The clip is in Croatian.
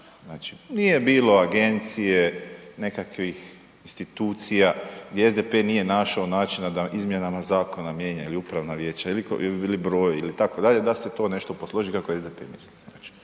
Znači, nije bilo agencije, nekakvih institucija gdje SDP nije našao način da izmjenama zakona mijenja ili upravna vijeća ili broj ili tako dalje, da se to nešto posloži kako je SDP mislio.